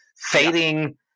fading